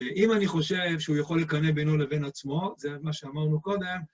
ואם אני חושב שהוא יכול לקנא בינו לבין עצמו, זה מה שאמרנו קודם.